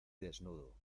desnudo